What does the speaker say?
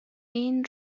این